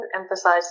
emphasize